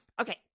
Okay